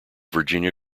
virginia